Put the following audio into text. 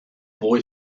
boy